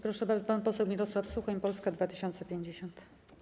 Proszę bardzo, pan poseł Mirosław Suchoń, Polska 2050.